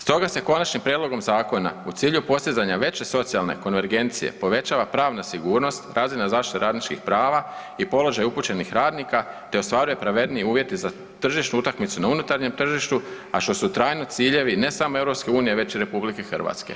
Stoga se konačnim prijedlogom zakona u cilju postizanja veće socijalne konvergencije povećava pravna sigurnost, razina zaštite radničkih prava i položaj upućenih radnika, te ostvaruju pravedniji uvjeti za tržišnu utakmicu na unutarnjem tržištu, a što su trajno ciljevi ne samo EU već i RH.